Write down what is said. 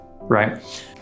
right